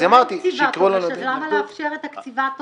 אז אמרתי שיקראו לנו --- למה לאפשר את קציבת העונש?